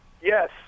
Yes